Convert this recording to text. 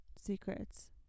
secrets